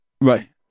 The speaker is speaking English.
Right